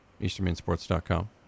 EasternMainSports.com